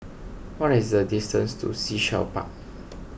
what is the distance to Sea Shell Park